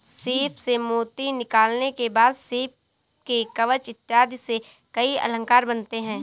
सीप से मोती निकालने के बाद सीप के कवच इत्यादि से कई अलंकार बनते हैं